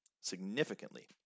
significantly